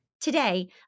Today